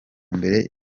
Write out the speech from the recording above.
mbere